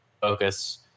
focus